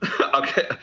Okay